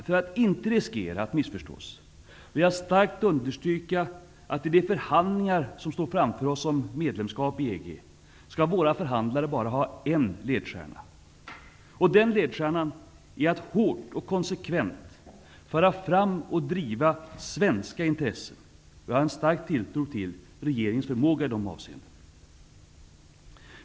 För att inte riskera att missförstås vill jag starkt understryka att i de förhandligar som står framför oss om medlemskap i EG, skall våra förhandlare bara ha en ledstjärna. Den ledstjärnan är att hårt och konsekvent föra fram och driva svenska intressen. Jag har en stark tilltro till regeringens förmåga i de avseendena.